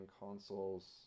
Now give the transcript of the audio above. consoles